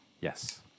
yes